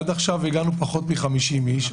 עד עכשיו הגיעו פחות מ-50 איש,